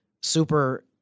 super